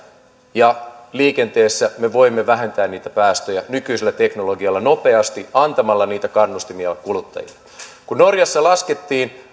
ja liikenteessä me voimme vähentää niitä päästöjä nykyisellä teknologialla nopeasti antamalla niitä kannustimia kuluttajille kun norjassa laskettiin